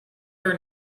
her